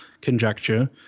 conjecture